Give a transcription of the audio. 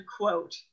quote